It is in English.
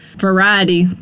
variety